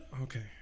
okay